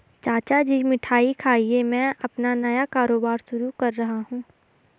चाचा जी मिठाई खाइए मैं अपना नया कारोबार शुरू कर रहा हूं